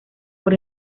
por